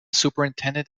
superintendent